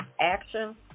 action